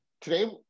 today